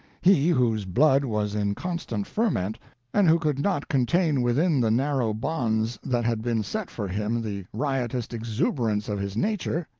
he, whose blood was in constant ferment and who could not contain within the narrow bonds that had been set for him the riotous exuberance of his nature,